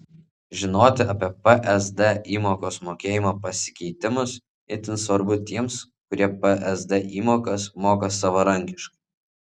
žinoti apie psd įmokos mokėjimo pasikeitimus itin svarbu tiems kurie psd įmokas moka savarankiškai